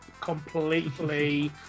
completely